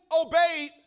obeyed